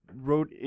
wrote –